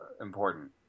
important